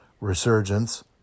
resurgence